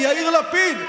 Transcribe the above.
כי יאיר לפיד,